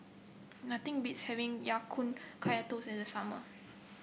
nothing beats having Ya Kun Kaya Toast in the summer